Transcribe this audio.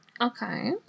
Okay